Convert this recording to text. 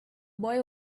boy